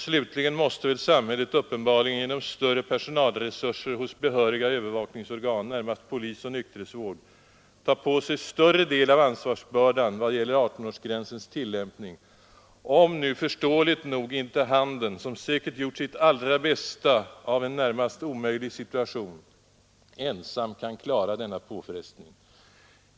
Slutligen måste samhället uppenbarligen genom större personalresurser hos behöriga övervakningsorgan, närmast polis och nykterhetsvård, ta på sig större del av ansvarsbördan i vad gäller 18-årsgränsens tillämpning, om Nr 33 nu förståeligt nog inte handeln — som säkert har gjort sitt allra bästa i en Torsdagen den närmast omöjlig situation — ensam kan klara denna påfrestning.